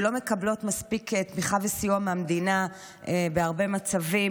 ולא מקבלות מספיק תמיכה וסיוע מהמדינה בהרבה מצבים,